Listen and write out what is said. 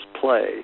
play